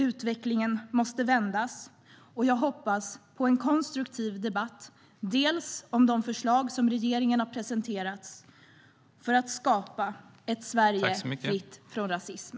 Utvecklingen måste vändas. Jag hoppas på en konstruktiv debatt om de förslag som regeringen har presenterat för att skapa ett Sverige fritt från rasism.